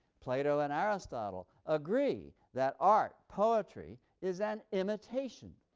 plato and aristotle agree that art, poetry, is an imitation.